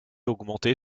augmentée